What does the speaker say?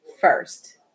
first